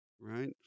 right